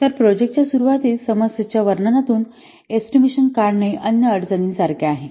तर प्रोजेक्टच्या सुरूवातीस समस्येच्या वर्णना तून एस्टिमेशन काढणे अन्य अडचणी सारखे आहे